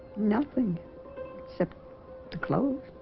nothing except the clothes